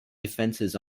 defences